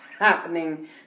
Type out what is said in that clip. happening